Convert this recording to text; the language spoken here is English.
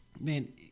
Man